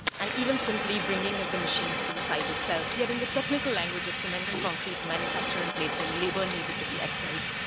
and even simply bringing of the machines to the site itself. yet in the technical language of cement and concrete manufacturer and placing, labor needed to be excised.